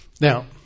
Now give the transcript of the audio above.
Now